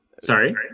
Sorry